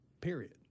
period